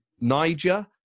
niger